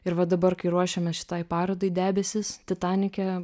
ir va dabar kai ruošiame šitai parodai debesis titanike